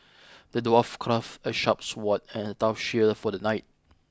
the dwarf crafted a sharp sword and a tough shield for the knight